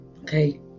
Okay